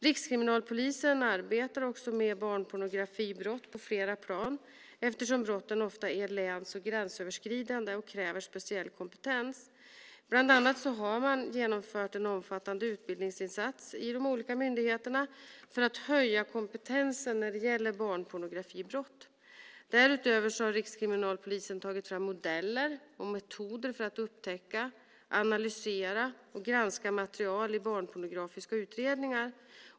Rikskriminalpolisen arbetar också med barnpornografibrott på flera plan, eftersom brotten ofta är läns och gränsöverskridande och kräver speciell kompetens. Bland annat har man genomfört en omfattande utbildningsinsats i de olika myndigheterna för att höja kompetensen när det gäller barnpornografibrott. Därutöver har Rikskriminalpolisen tagit fram modeller och metoder för att upptäcka, analysera och granska material i barnpornografiska utredningar.